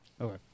Okay